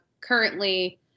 currently